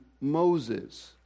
Moses